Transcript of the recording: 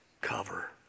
cover